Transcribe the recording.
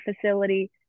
facility